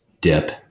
dip